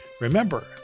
remember